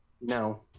no